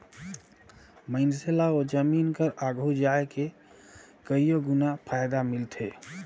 मइनसे ल ओ जमीन कर आघु जाए के कइयो गुना फएदा मिलथे